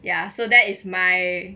ya so that is my